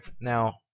Now